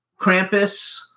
Krampus